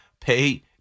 Pay